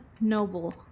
noble